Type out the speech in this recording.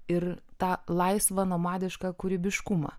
ir tą laisvą nomadišką kūrybiškumą